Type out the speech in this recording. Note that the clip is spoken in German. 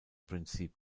prinzip